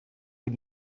but